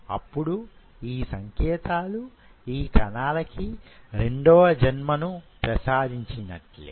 అప్పుడు ఈ సంకేతాలు యీ కణాలకి రెండవ జన్మను ప్రసాదించినట్లే